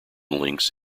links